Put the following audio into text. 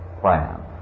plan